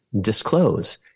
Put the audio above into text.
disclose